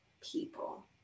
people